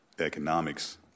economics